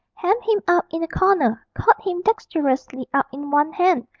hemmed him up in a corner, caught him dexterously up in one hand,